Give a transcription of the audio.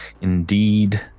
Indeed